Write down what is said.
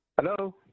Hello